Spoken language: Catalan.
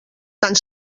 tant